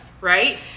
Right